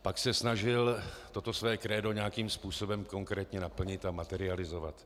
Pak se snažil toto své krédo nějakým způsobem konkrétně naplnit a materializovat.